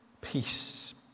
peace